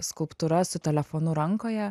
skulptūra su telefonu rankoje